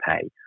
pay